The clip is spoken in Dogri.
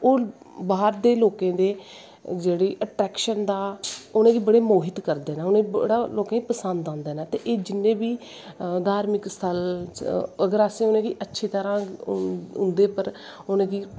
ओह् बाह्र दे लोकें दी अट्रैकशन दा उनेंगी बड़ा मोहि त करदे नै उनेंगी पसंद आंदे नै ते एह् जिन्ने बी धार्मिक स्थल अगर अस अच्ची तरां उंदे पर उनेंगी